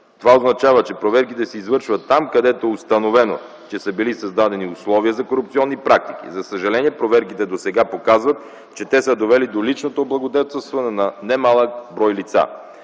Това означава, че проверките се извършват там, където е установено, че са били създадени условия за корупционни практики. За съжаление, проверките досега показват, че те са довели до личното облагодетелстване на немалък брой лица.